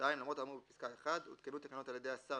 (2)למרות האמור בפסקה (1) הותקנו תקנות על ידי השר,